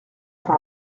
par